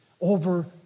over